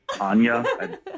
Anya